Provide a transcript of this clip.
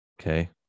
Okay